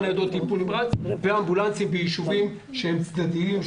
ניידות טיפול נמרץ ואמבולנסים בישובים שהם צדדיים,